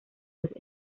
los